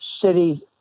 city